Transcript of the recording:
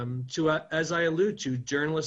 אני חושב שעל משרדי